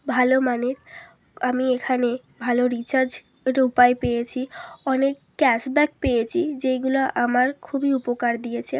ভালো মানে আমি এখানে ভালো রিচার্জের উপায় পেয়েছি অনেক ক্যাশব্যাক পেয়েছি যেইগুলো আমার খুবই উপকার দিয়েছে